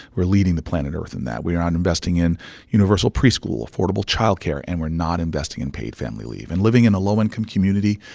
we're leading the planet earth in that. we're not investing in universal preschool, affordable child care, and we're not investing in paid family leave. and living in a low-income community,